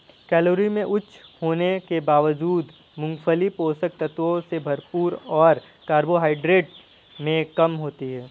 calorie में उच्च होने के बावजूद, मूंगफली पोषक तत्वों से भरपूर और कार्बोहाइड्रेट में कम होती है